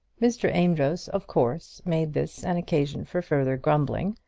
mr. amedroz of course made this an occasion for further grumbling,